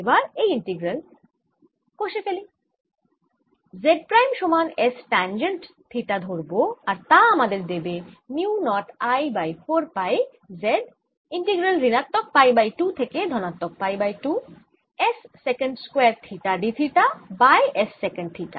এবার এই ইন্টিগ্রাল এই কষে ফেলি Z প্রাইম সমান S ট্যাঞ্জেন্ট থিটা ধরব আর তা আমাদের দেবে mu naught I by 4 pi Z integral ঋণাত্মক পাই বাই 2 থেকে ধনাত্মক pi by 2 S secant square theta d theta by S sec theta